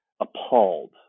appalled